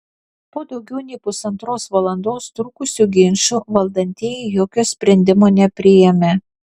po daugiau nei pusantros valandos trukusių ginčų valdantieji jokio sprendimo nepriėmė